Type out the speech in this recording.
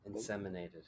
inseminated